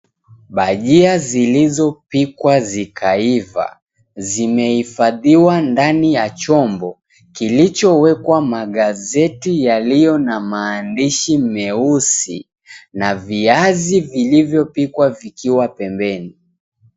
Bajia zilizopikwa zikaiva zimehifadhiwa ndani ya chombo, kilichowekwa magazeti yaliyo na maandishi meusi na viazi vilivyopikwa vikiwa pembeni.